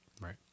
Right